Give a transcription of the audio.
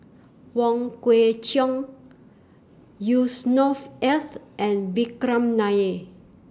Wong Kwei Cheong Yusnor Ef and Vikram Nair